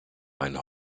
meinen